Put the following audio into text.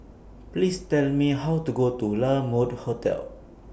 Please Tell Me How to Go to La Mode Hotel